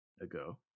ago